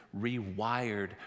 rewired